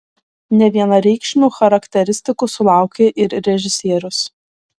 nevienareikšmių charakteristikų sulaukė ir režisierius